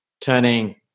Turning